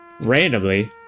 randomly